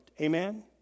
Amen